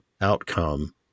outcome